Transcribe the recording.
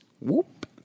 whoop